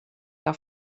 que